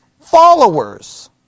followers